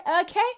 okay